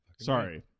Sorry